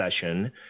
session